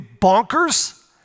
bonkers